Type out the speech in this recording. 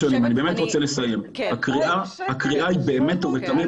הקריאה היא באמת ובתמים,